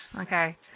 okay